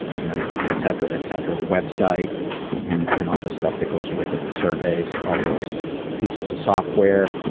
you know etcetera etcetera. the website and and all the stuff that goes with it, the surveys, all those pieces of software,